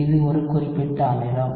இது ஒரு குறிப்பிட்ட அமிலம்